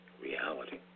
reality